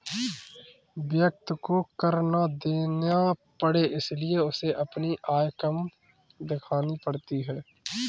व्यक्ति को कर ना देना पड़े इसलिए उसे अपनी आय कम दिखानी पड़ती है